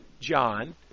John